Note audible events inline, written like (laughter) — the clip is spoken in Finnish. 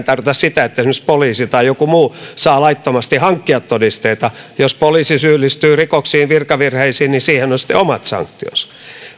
(unintelligible) tarkoita sitä että esimerkiksi poliisi tai joku muu saa laittomasti hankkia todisteita jos poliisi syyllistyy rikoksiin virkavirheisiin niin siihen on sitten omat sanktionsa